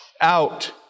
out